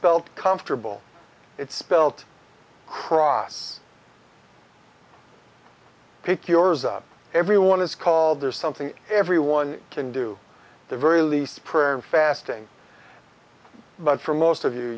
spelt comfortable it's spelt cross pick yours up everyone is called or something everyone can do the very least prayer and fasting but for most of you